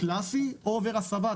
קלסי או שעבר הסבה?